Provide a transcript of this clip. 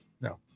No